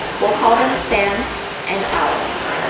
we'll call them sam and alex.